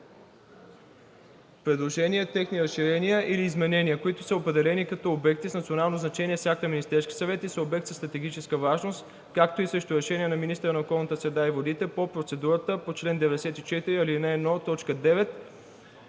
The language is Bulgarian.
предложения, техни разширения или изменения, които са определени като обекти с национално значение с акт на Министерския съвет и са обект със стратегическа важност, както и с решение на министъра на околната среда и водите по процедурата по чл. 94, ал. 1, т.